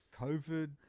COVID